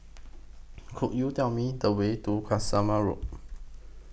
Could YOU Tell Me The Way to Tasmania Road